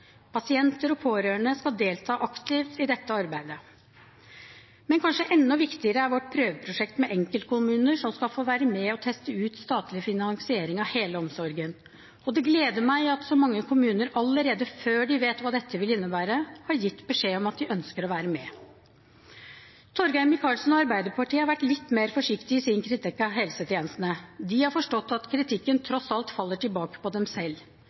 Pasienter og pårørende skal delta aktivt i dette arbeidet. Men kanskje enda viktigere er vårt prøveprosjekt med enkeltkommuner som skal få være med og teste ut statlig finansiering av hele omsorgen. Det gleder meg at så mange kommuner allerede før de vet hva dette vil innebære, har gitt beskjed om at de ønsker å være med. Torgeir Micaelsen og Arbeiderpartiet har vært litt mer forsiktig i sin kritikk av helsetjenestene. De har forstått at kritikken tross alt faller tilbake på dem selv.